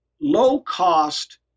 low-cost